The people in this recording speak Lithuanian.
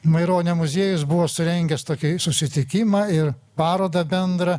maironio muziejus buvo surengęs tokį susitikimą ir paroda bendrą